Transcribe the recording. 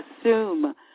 assume